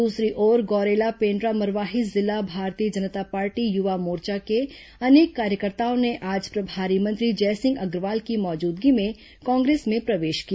दूसरी ओर गौरेला पेण्ड् ा मरवाही जिला भारतीय जनता पार्टी युवा मोर्चा के अनेक कार्यकर्ताओं ने आज प्रभारी मंत्री जयसिंह अग्रवाल की मौजूदगी में कांग्रेस में प्रवेश किया